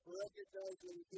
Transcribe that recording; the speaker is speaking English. recognizing